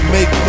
Make